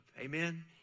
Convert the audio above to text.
Amen